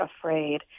afraid